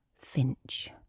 Finch